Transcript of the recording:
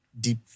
deep